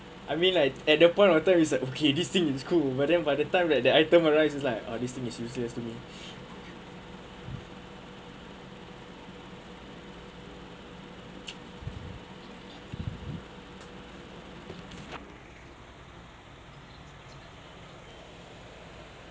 I mean like at that point of time is like okay this thing is cool but then by the time that the item arrive is like ah this thing is useless to me